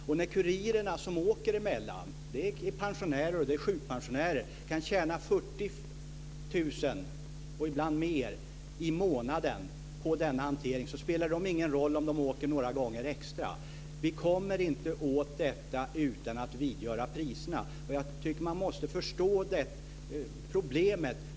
De kurirer som åker emellan Sverige och Danmark - pensionärer och sjukpensionärer - kan tjäna 40 000 i månaden och ibland mer på denna hantering. För dem spelar det ingen roll om de får åka några gånger extra. Det går inte att komma åt detta utan att sänka priserna. Jag tycker att man måste förstå problemet.